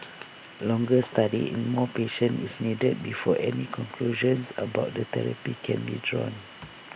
longer study in more patients is needed before any conclusions about the therapy can be drawn